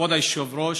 כבוד היושב-ראש,